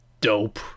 dope